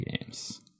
games